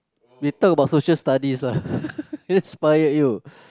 they talk about Social Studies lah inspired you